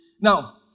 Now